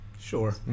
Sure